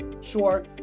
Sure